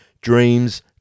dreams